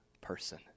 person